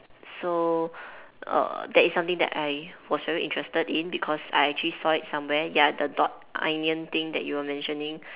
so err that is something that I was very interested in because I actually saw it somewhere ya the dot onion thing you were mentioning